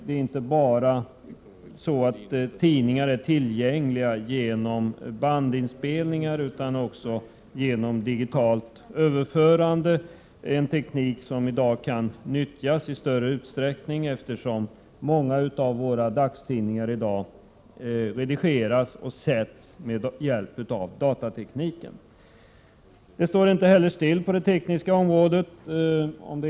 I dag är tidningar tillgängliga inte bara genom bandinspelningar utan också genom digital Prot. 1987/88:122 överföring. Det är en metod som kan utnyttjas i allt större utsträckning, 18 maj 1988 eftersom många av våra dagstidningar i dag redigeras och sätts med hjälp av datateknik. Den tekniska utvecklingen står inte heller stilla.